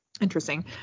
Interesting